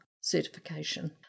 certification